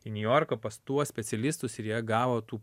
į niujorką pas tuos specialistus ir jie gavo tų